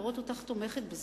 לראות אותך תומכת בזה.